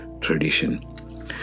tradition